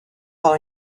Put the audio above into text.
par